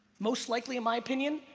most likely, in my opinion,